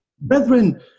Brethren